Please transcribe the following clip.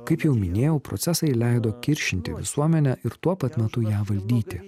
kaip jau minėjau procesai leido kiršinti visuomenę ir tuo pat metu ją valdyti